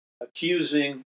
accusing